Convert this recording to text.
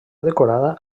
decorada